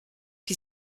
qui